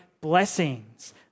blessings